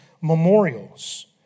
memorials